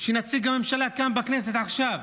שנציג הממשלה כאן בכנסת עכשיו